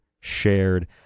shared